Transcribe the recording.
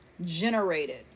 generated